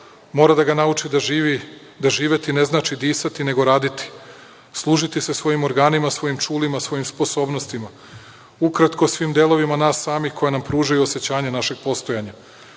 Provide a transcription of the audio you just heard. Mora da ga nauči da živi, da živeti ne znači disati, nego raditi, služiti se svojim organima, svojim čulima, svojim sposobnostima. Ukratko svim delovima nas samih koja nam pružaju osećanja našeg postojanja.